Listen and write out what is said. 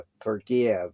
Forgive